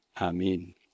Amen